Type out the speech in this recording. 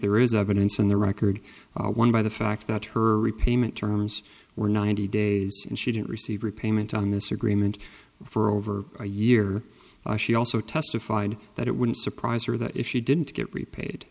there is evidence in the record one by the fact that her repayment terms were ninety days and she didn't receive repayment on this agreement for over a year she also testified that it wouldn't surprise her that if she didn't get repaid